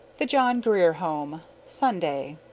the john grier home, saturday